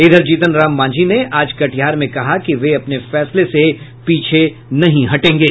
इधर जीतन राम मांझी ने आज कटिहार में कहा कि वे अपने फैसले से पीछे नहीं हटेंगे